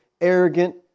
arrogant